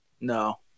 No